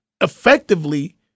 effectively